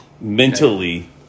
mentally